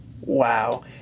Wow